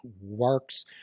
works